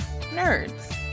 nerds